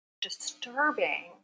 disturbing